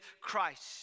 Christ